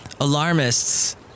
Alarmists